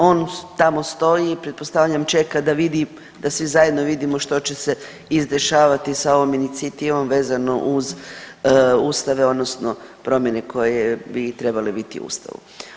On tamo stoji i pretpostavljam, čeka da vidi, da svi zajedno vidimo što će se izdešavati sa ovom inicijativom vezano uz ustave, odnosno promjene koje bi trebale biti u Ustavu.